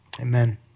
amen